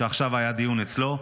שעכשיו היה דיון אצלו,